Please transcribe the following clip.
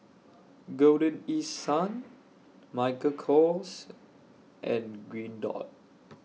Golden East Sun Michael Kors and Green Dot